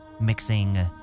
mixing